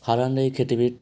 সাধাৰণতে এই খেতিবিধ